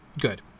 Good